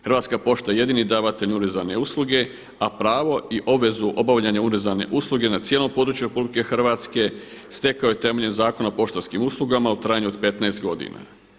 Hrvatska pošta jedini davatelj urezane usluge, a pravo i obvezu obavljanja urezane usluge na cijelom području RH stekao je temeljem Zakona o poštanskim uslugama u trajanju od 15 godina.